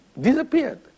Disappeared